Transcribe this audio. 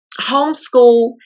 homeschool